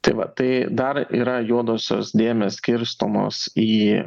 tai va tai dar yra juodosios dėmės skirstomos į